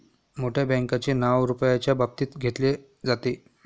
मोठ्या बँकांचे नाव रुपयाच्या बाबतीत घेतले जाते